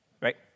Right